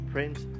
Prince